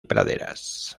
praderas